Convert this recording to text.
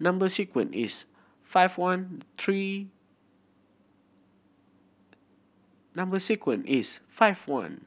number sequence is five one three number sequence is five one